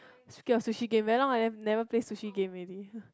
speaking of sushi game very long I never play sushi game already